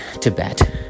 tibet